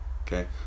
Okay